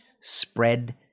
Spread